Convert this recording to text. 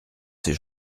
ces